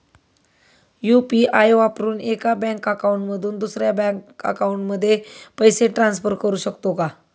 UPI वापरून एका bank account मधून दुसऱ्या बँक अकाउंटमध्ये पैसे ट्रान्सफर करू शकतो का?